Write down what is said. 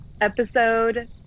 episode